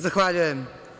Zahvaljujem.